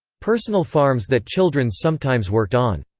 personal farms that children sometimes worked on.